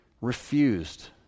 refused